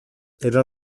era